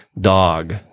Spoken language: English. dog